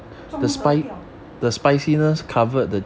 综合掉